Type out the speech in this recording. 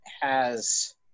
has-